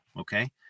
okay